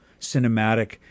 Cinematic